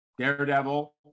Daredevil